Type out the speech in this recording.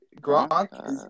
Gronk